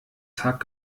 tag